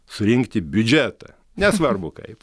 surinkti biudžetą nesvarbu kaip